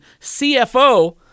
CFO